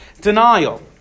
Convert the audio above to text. denial